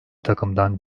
takımdan